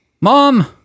Mom